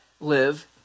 live